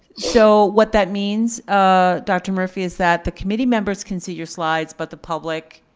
so what that means, ah dr. murphy, is that the committee members can see your slides, but the public,